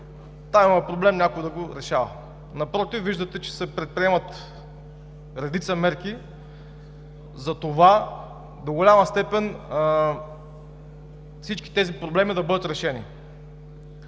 „Там има проблем, някой да го решава!“ Напротив, виждате, че се предприемат редица мерки до голяма степен всички тези проблеми да бъдат решени.